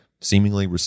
seemingly